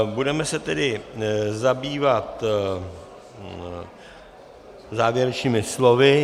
Budeme se tedy zabývat závěrečnými slovy.